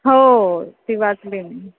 हो ती वाचले आहे मी